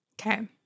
Okay